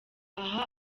aha